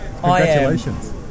Congratulations